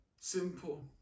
simple